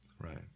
right